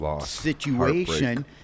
situation